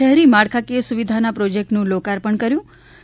શહેરી માળખાકીય સુવિધાઓના પ્રોજેકટોનું લોકાર્પણ કર્યુ છે